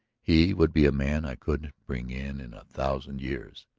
he would be a man i couldn't bring in in a thousand years.